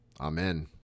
Amen